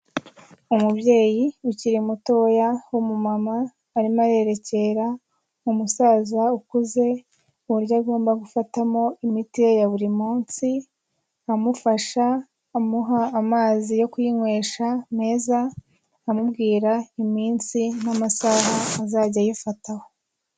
Umubyeyi ukiri mutoya w'umumama arimo arerekera umusaza ukuze, uburyo agomba gufatamo imiti ye ya buri munsi, amufasha amuha amazi yo kuyinywesha meza, amubwira iminsi n'amasaha azajya ayifataho.